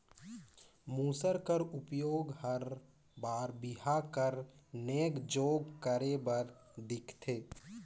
मूसर कर उपियोग हर बर बिहा कर नेग जोग करे बर दिखथे